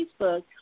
Facebook